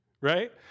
right